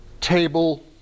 table